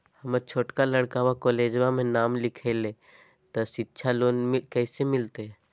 हमर छोटका लड़कवा कोलेजवा मे नाम लिखाई, तो सिच्छा लोन कैसे मिलते?